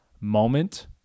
moment